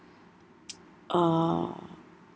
uh